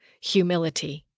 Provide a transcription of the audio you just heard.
humility